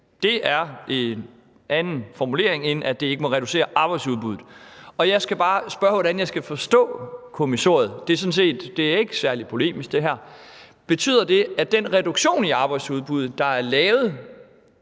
Det er en anden formulering, end at det ikke må reducere arbejdsudbuddet. Jeg skal bare spørge, hvordan jeg skal forstå kommissoriet. Det er ikke særlig polemisk. Betyder det, at den reduktion i arbejdsudbuddet, der er lavet